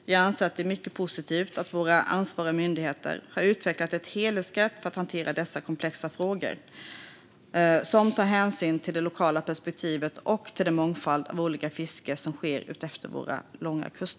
Jag anser att det är mycket positivt att våra ansvariga myndigheter har utvecklat ett helhetsgrepp för att hantera dessa komplexa frågor, som tar hänsyn till det lokala perspektivet och till den mångfald av olika fisken som sker utefter vår långa kust.